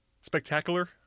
spectacular